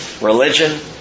Religion